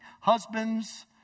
husbands